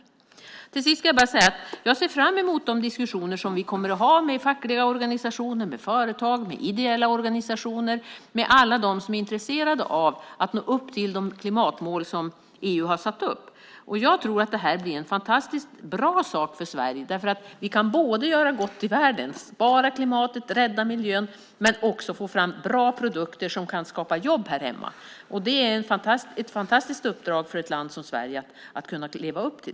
Slutligen vill jag bara säga att jag ser fram emot de diskussioner som vi kommer att ha med fackliga och ideella organisationer, med företag, med alla dem som är intresserade av att nå upp till de klimatmål som EU satt upp. Jag tror att det blir en oerhört bra sak för Sverige. Vi kan nämligen både göra gott i världen genom att spara klimatet och rädda miljön och få fram bra produkter som kan skapa jobb här hemma. Det är ett fantastiskt uppdrag för ett land som Sverige att kunna leva upp till.